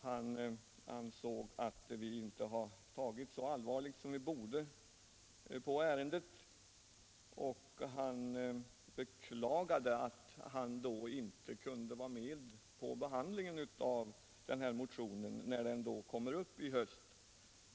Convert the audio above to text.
Han ansåg att vi inte har tagit så allvarligt som vi borde på ärendet och beklagade att han inte kan vara med vid behandlingen av den här motionen när den kommer upp i höst.